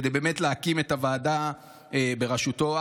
להקים את הוועדה בראשותו.